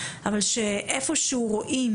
אבל כשאיפשהו רואים,